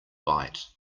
bite